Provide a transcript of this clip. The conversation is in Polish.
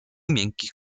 miękkich